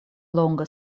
longa